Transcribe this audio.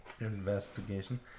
investigation